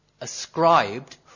ascribed